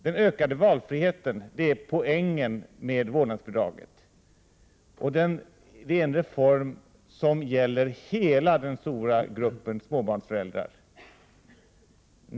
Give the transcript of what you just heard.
Den ökade valfriheten är poängen med vårdnadsbidraget, och det är en reform som gäller hela den stora gruppen småbarnsföräldrar.